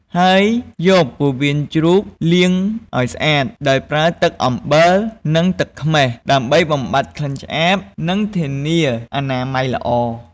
ហើយយក ពោះវៀនជ្រូក លាងឱ្យស្អាត ដោយប្រើទឹក អំបិល និងទឹកខ្មេះ ដើម្បីបំបាត់ក្លិនឆ្អាប និងធានាអនាម័យល្អ។